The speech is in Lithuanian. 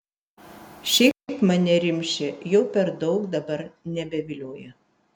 šiaip mane rimšė jau per daug dabar nebevilioja